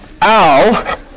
Al